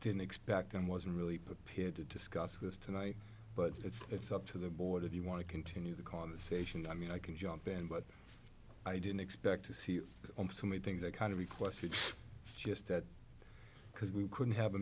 didn't expect and wasn't really prepared to discuss with us tonight but it's it's up to the board if you want to continue the conversation i mean i can jump in but i didn't expect to see you on so many things that kind of requests it's just that because we couldn't have a